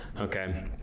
okay